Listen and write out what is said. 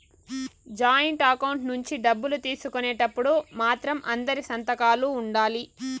joint account నుంచి డబ్బులు తీసుకునేటప్పుడు మాత్రం అందరి సంతకాలు ఉండాలి